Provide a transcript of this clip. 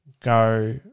go